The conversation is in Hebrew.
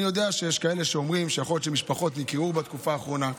אני יודע שיש כאלה שאומרים שיכול להיות שמשפחות נקרעו בתקופה האחרונה.